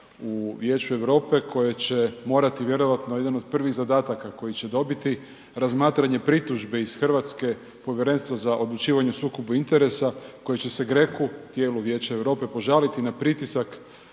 u Vijeću Europe koja će morati vjerojatno jedan od prvih zadataka koji će dobiti, razmatranje pritužbi iz RH Povjerenstvu za odlučivanje o sukobu interesa, koji će se Greku, tijelu Vijeća Europe požaliti na pritisak